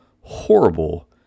horrible